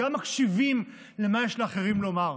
גם מקשיבים מה יש לאחרים לומר.